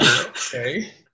Okay